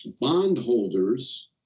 bondholders